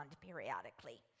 periodically